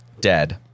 dead